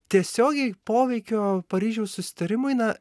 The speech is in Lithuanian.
tiesiogiai poveikio paryžiaus susitarimui na